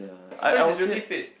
sometimes is very fact